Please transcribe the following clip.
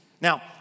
Now